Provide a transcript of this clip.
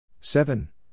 seven